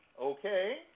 Okay